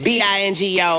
B-I-N-G-O